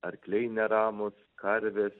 arkliai neramūs karvės